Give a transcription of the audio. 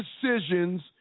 decisions